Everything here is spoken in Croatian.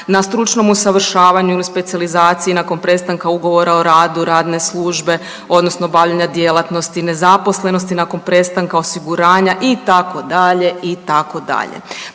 na stručnom usavršavanju ili specijalizaciji nakon prestanka ugovora o radu radne službe, odnosno bavljenja djelatnosti, nezaposlenosti nakon prestanka osiguranja, itd., itd.